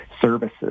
Services